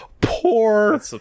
Poor